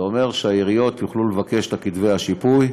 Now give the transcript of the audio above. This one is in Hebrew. זה אומר שהעיריות יוכלו לבקש את כתבי השיפוי,